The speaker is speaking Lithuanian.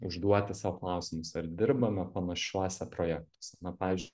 užduoti sau klausimą ar dirbame panašiuose projektuose na pavyzdžiui